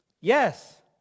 Yes